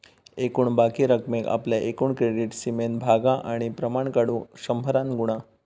एकूण बाकी रकमेक आपल्या एकूण क्रेडीट सीमेन भागा आणि प्रमाण काढुक शंभरान गुणा